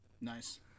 Nice